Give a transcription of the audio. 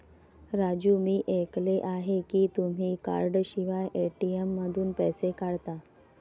राजू मी ऐकले आहे की तुम्ही कार्डशिवाय ए.टी.एम मधून पैसे काढता